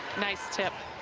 nice step.